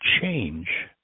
change